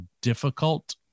difficult